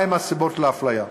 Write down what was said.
מה הן הסיבות לאפליה.